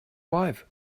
wife